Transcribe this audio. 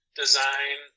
design